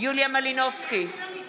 יוליה מלינובסקי קונין,